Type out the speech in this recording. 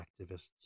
activists